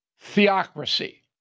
theocracy